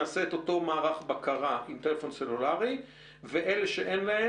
נעשה את אותו מערך בקרה עם טלפון סלולרי ואלה שאין להם